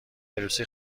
عروسی